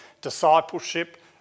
discipleship